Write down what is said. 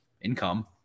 income